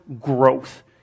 growth